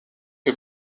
que